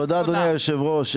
תודה אדוני היושב ראש.